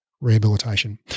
Rehabilitation